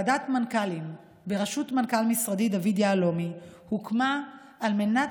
ועדת מנכ"לים בראשות מנכ"ל משרדי דוד יהלומי הוקמה על מנת